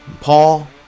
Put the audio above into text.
Paul